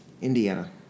Indiana